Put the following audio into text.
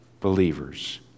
believers